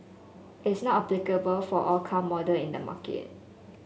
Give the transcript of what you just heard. it's not applicable for all car model in the market